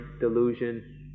delusion